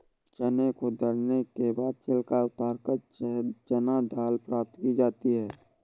चने को दरने के बाद छिलका उतारकर चना दाल प्राप्त की जाती है